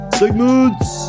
segments